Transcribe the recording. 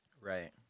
Right